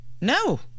No